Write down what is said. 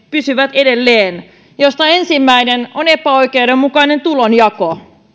pysyvät edelleen ensimmäinen on epäoikeudenmukainen tulonjako